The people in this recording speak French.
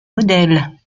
modèle